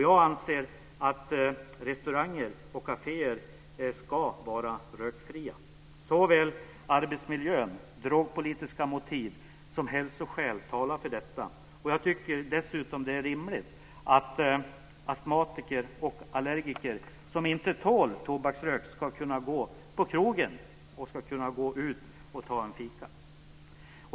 Jag anser att restauranger och kaféer ska vara rökfria. Såväl arbetsmiljöhänsyn, drogpolitiska motiv som hälsoskäl talar för detta. Jag tycker dessutom att det är rimligt att astmatiker och allergiker, som inte tål tobaksrök, ska kunna gå på krogen och kunna gå ut och ta en fika.